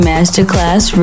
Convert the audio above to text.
Masterclass